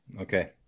Okay